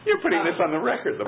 you're putting this on the record the